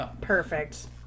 perfect